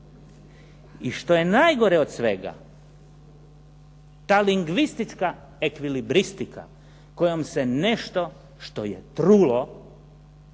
I što je najgore od svega, ta lingvistička ekvilibristika kojom se nešto što je trulo,